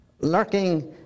lurking